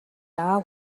аав